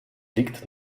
liegt